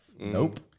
Nope